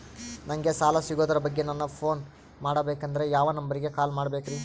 ನಂಗೆ ಸಾಲ ಸಿಗೋದರ ಬಗ್ಗೆ ನನ್ನ ಪೋನ್ ಮಾಡಬೇಕಂದರೆ ಯಾವ ನಂಬರಿಗೆ ಕಾಲ್ ಮಾಡಬೇಕ್ರಿ?